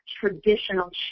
traditional